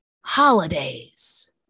holidays